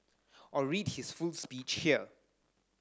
or read his full speech here